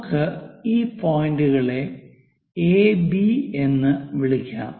നമുക്ക് ഈ പോയിന്ററുകളെ എ ബി A B എന്ന് വിളിക്കാം